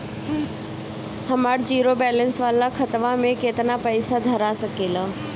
हमार zero balance वाला खतवा म केतना पईसा धरा सकेला?